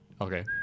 Okay